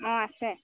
অ আছে